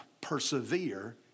persevere